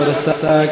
כבוד השר,